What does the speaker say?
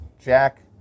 jack